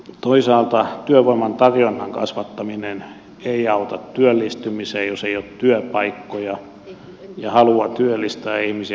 toisaalta työvoiman tarjonnan kasvattaminen ei auta työllistymiseen jos ei ole työpaikkoja ja halua työllistää ihmisiä